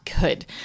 good